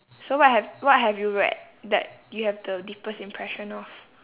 so what have what have you read that you have the deepest impression of